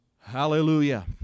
Hallelujah